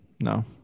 No